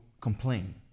complain